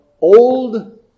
old